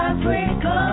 Africa